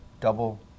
double